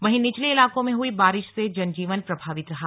वहीं निचले इलाकों में हुई बारिश से जनजीवन प्रभावित रहा